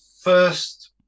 first